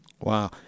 Wow